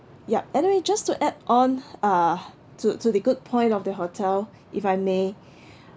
yup anyway just to add on uh to to the good point of the hotel if I may